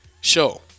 show